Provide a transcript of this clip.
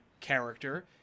character